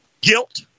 guilt